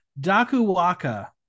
Dakuwaka